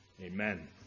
Amen